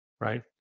right